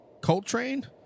Coltrane